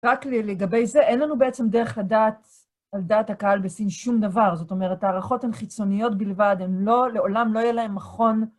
רק לגבי זה, אין לנו בעצם דרך לדעת על דעת הקהל בסין שום דבר. זאת אומרת, ההערכות הן חיצוניות בלבד, הן לא, לעולם לא יהיה להן מכון